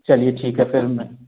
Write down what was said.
चलिए ठीक है फिर मैं